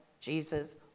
Jesus